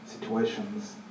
situations